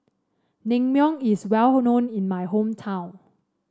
naengmyeon is well known in my hometown